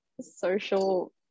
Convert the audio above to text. social